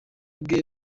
bwe